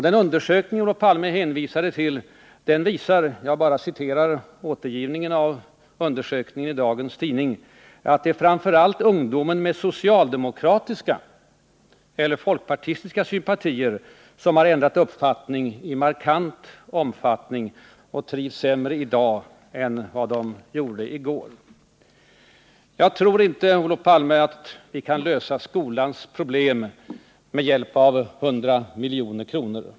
Den undersökning Olof Palme hänvisade till visar — jag bara citerar återgivningen av undersökningen i dagens tidning — att det framför allt är ungdomar med socialdemokratiska eller folkpartistiska sympatier som ändrat uppfattning i markant omfattning och trivs sämre i dag än de gjorde i går. Jag tror inte, Olof Palme, att vi kan lösa skolans problem med hjälp av 100 milj.kr.